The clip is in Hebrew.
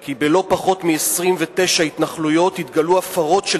כי בלא פחות מ-29 התנחלויות התגלו הפרות של